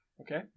okay